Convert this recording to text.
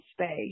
space